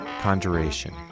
conjuration